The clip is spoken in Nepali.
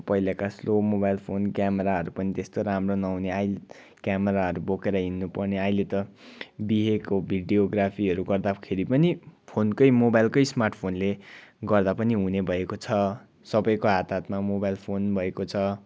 पहिलेका स्लो मोबाइल फोन क्यामेराहरू पनि त्यस्तो राम्रो नहुने अहिले क्यामाराहरू बोकेर हिँड्नु पर्ने अहिले त बिहेको भिडियोग्राफीहरू गर्दाखेरि पनि फोनकै मोबाइलकै स्मार्ट फोनले गर्दा पनि हुने भएको छ सबैको हात हातमा मोबाइल फोन भएको छ